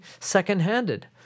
second-handed